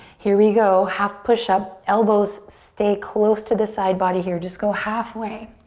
here we go, half push up, elbows stay close to the side body here, just go halfway,